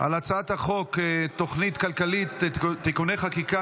על הצעת חוק ההתייעלות הכלכלית (תיקוני חקיקה